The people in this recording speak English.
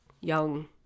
young